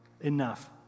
enough